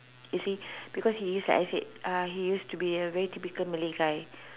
you see because he is like I said uh he used to be like a very typical Malay guy